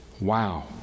Wow